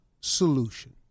solution